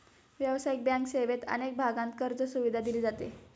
व्यावसायिक बँक सेवेत अनेक भागांत कर्जसुविधा दिली जाते